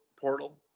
portal